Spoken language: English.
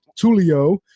Tulio